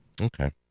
Okay